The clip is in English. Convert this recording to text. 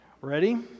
Ready